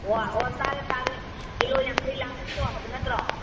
ꯑꯣ ꯇꯥꯔꯦ ꯇꯥꯔꯦ ꯀꯤꯂꯣ ꯌꯥꯡꯈꯩ ꯂꯥꯡꯕꯤꯔꯣ ꯍꯥꯏꯕ ꯅꯠꯇ꯭ꯔꯣ